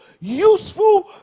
useful